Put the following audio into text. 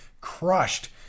crushed